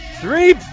Three